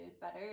better